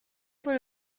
por